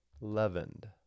leavened